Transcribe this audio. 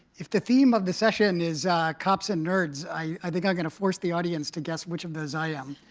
if the theme of the session is cops and nerds, i think i'm going to force the audience to guess which of those i am.